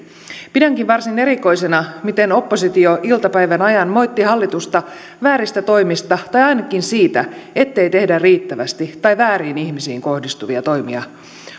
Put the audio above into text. pidänkin varsin erikoisena miten oppositio iltapäivän ajan moitti hallitusta vääristä toimista tai ainakin siitä ettei tehdä riittävästi tai että vääriin ihmisiin kohdistuvia toimia